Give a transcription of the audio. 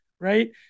right